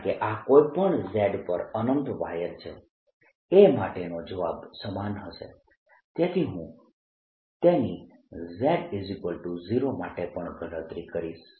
કારણકે આ કોઈ પણ Z પર અનંત વાયર છે A માટેનો જવાબ સમાન હશે તેથી હું તેની Z0 માટે પણ ગણતરી કરીશ